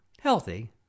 healthy